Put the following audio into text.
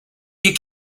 you